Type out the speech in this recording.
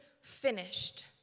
finished